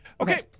Okay